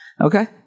Okay